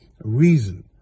reason